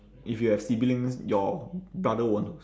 if you have siblings your brother won't